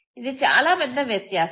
ఇది చాలా పెద్ద వ్యత్యాసం